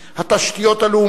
התשתיות הלאומיות,